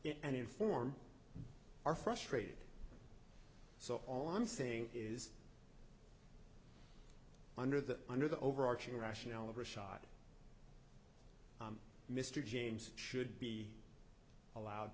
inform are frustrated so all i'm saying is under the under the overarching rationale of the shot mr james should be allowed